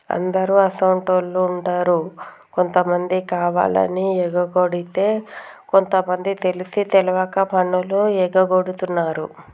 అందరు అసోంటోళ్ళు ఉండరు కొంతమంది కావాలని ఎగకొడితే కొంత మంది తెలిసి తెలవక పన్నులు ఎగగొడుతున్నారు